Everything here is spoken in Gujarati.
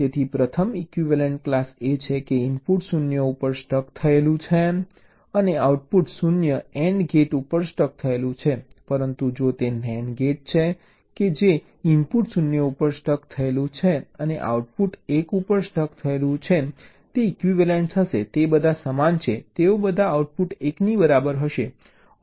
તેથી પ્રથમ ઇક્વિવેલન્ટ ક્લાસ એ છે કે ઇનપુટ 0 ઉપર સ્ટક થયેલું છે અને આઉટપુટ 0 AND ગેટ ઉપર સ્ટક થયેલું છે પરંતુ જો તે NAND ગેટ છે કે જે ઇનપુટ 0 ઉપર સ્ટક થયેલું છે અને આઉટપુટ 1 ઉપર સ્ટક થયેલું છે તે ઇક્વિવેલન્ટ હશે તે બધા સમાન છે તેઓ બધા આઉટપુટ 1 ની બરાબર થશે